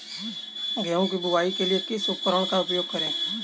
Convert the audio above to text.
गेहूँ की बुवाई के लिए किस उपकरण का उपयोग करें?